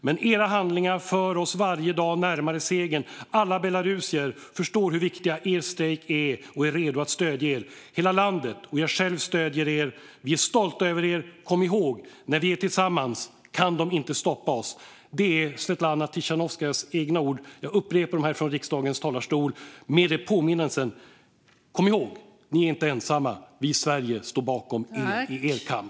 Men era handlingar för oss varje dag närmare segern. Alla belarusier förstår hur viktig er strejk är och är redo att stödja er. Hela landet och jag själv stöder er. Vi är stolta över er. Kom ihåg, när vi är tillsammans kan de inte stoppa oss! Det är Svetlana Tichanovskajas egna ord. Jag upprepar dem här i riksdagens talarstol med påminnelsen: Kom ihåg, ni är inte ensamma! Vi i Sverige står bakom er i er kamp.